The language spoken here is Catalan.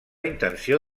intenció